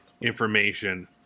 information